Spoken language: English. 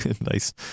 nice